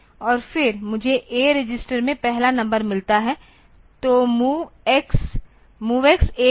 और फिर मुझे A रजिस्टर में पहला नंबर मिलता है तो MOVX A DPTR